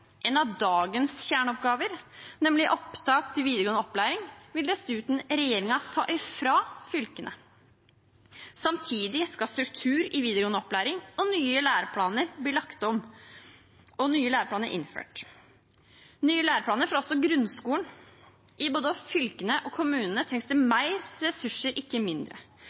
En av dagens kjerneoppgaver, nemlig opptak til videregående opplæring, vil dessuten regjeringen ta fra fylkene. Samtidig skal struktur i videregående opplæring bli lagt om og nye læreplaner innført. Nye læreplaner får også grunnskolen. I både fylkene og kommunene trengs det mer ressurser, ikke mindre.